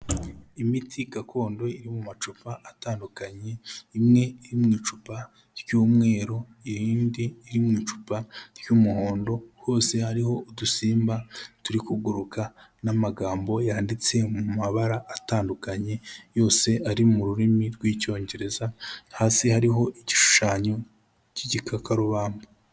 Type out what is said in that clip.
Imiti gakondo iri mu macupa atandukanye, imwe iri mu icupa ry'umweru, iyindi iri mu icupa ry'umuhondo hose hariho udusimba turi kuguruka n'amagambo yanditse mu mabara atandukanye, yose ari mu rurimi rw'icyongereza hasi hariho igishushanyo k'igikakarubamba.